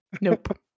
Nope